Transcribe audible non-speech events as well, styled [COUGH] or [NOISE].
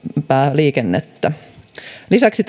liikennettä lisäksi [UNINTELLIGIBLE]